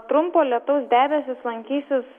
trumpo lietaus debesys lankysis